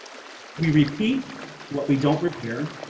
we repeat what we don't repair.